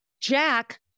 Jack